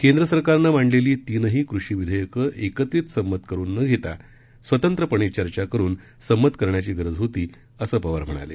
केंद्र सरकारनं मांडलेली तीनही कृषी विधेयकं एकत्रित समत करून न घेता स्वतंत्रपणे चर्चा करून समत करण्याची गरज होती असं पवार म्हणाले